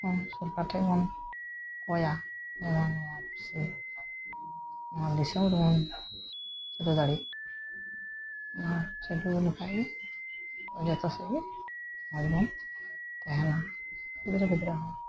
ᱚᱱᱟ ᱥᱚᱨᱠᱟᱨ ᱴᱷᱮᱡ ᱵᱚᱱ ᱠᱚᱭᱟ ᱮᱵᱚᱝ ᱦᱩᱞ ᱥᱟᱹᱭ ᱱᱚᱣᱟ ᱫᱤᱥᱚᱢ ᱨᱮᱵᱚᱱ ᱫᱟᱲᱮᱜ ᱟᱨ ᱪᱟᱞᱩ ᱫᱟᱲᱮᱭᱟᱜ ᱠᱷᱟᱡ ᱜᱮ ᱡᱚᱛᱚ ᱥᱮᱡ ᱜᱮ ᱵᱷᱟᱜᱮ ᱵᱚᱱ ᱛᱟᱦᱮᱸᱱᱟ ᱜᱤᱫᱽᱨᱟᱹ ᱯᱤᱫᱽᱨᱟᱹ